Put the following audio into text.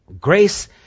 Grace